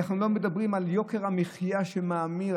אנחנו מדברים על יוקר המחיה, שמאמיר.